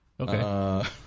Okay